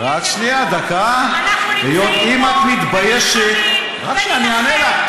שנייה, אני אענה לך.